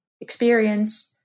experience